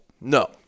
No